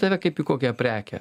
tave kaip į kokią prekę